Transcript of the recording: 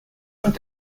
und